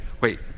Wait